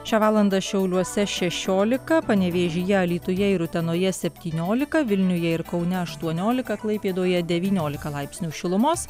šią valandą šiauliuose šešiolika panevėžyje alytuje ir utenoje septyniolika vilniuje ir kaune aštuoniolika klaipėdoje devyniolika laipsnių šilumos